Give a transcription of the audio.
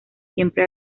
siempre